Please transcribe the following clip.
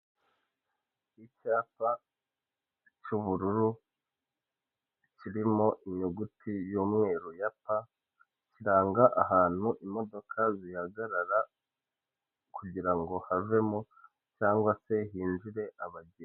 Iri ngiri ni idarapo ry'u Rwanda rya kera mbere ya jenoside y'abatutsi muri maganakenda mirongo ikenda nakane iri ni idarapo bakoreshaga nyuma yago bahinduye idarapo tukaba dufie idarapo rishyashya.